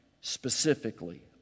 specifically